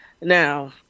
Now